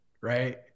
right